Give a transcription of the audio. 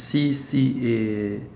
C_C_A